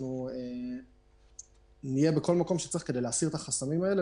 אנחנו נהיה בכל מקום שצריך כדי להסיר את החסמים האלה